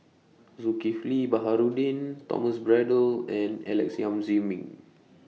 Zulkifli Baharudin Thomas Braddell and Alex Yam Ziming